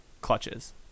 clutches